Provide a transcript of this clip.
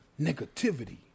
negativity